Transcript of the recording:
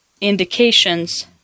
indications